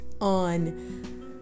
on